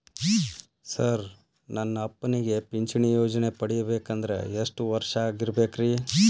Sir ನನ್ನ ಅಪ್ಪನಿಗೆ ಪಿಂಚಿಣಿ ಯೋಜನೆ ಪಡೆಯಬೇಕಂದ್ರೆ ಎಷ್ಟು ವರ್ಷಾಗಿರಬೇಕ್ರಿ?